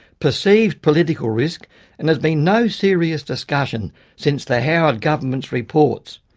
perceived political risk and there's been no serious discussion since the howard government's reports.